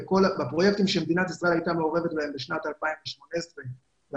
הפרויקטים שמדינת ישראל הייתה מעורבת בהם בשנת 2018 ו-2019,